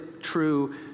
true